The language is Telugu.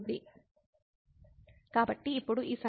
కాబట్టి ఇప్పుడు ఈ సందర్భంలో ఈ x3 క్యాన్సల్ అవుతుంది